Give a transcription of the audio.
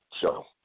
show